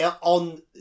on